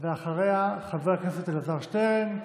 אחריה, חבר הכנסת אלעזר שטרן,